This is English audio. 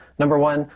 number one,